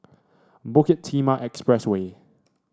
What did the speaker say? Bukit Timah Expressway